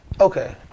Okay